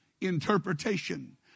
interpretation